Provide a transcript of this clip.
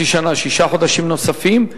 שישה חודשים נוספים,